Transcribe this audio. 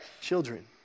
children